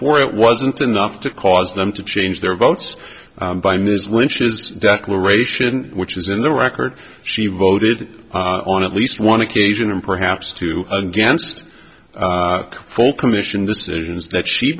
four it wasn't enough to cause them to change their votes by ms lynch's declaration which is in the record she voted on at least one occasion and perhaps two against the full commission decisions that she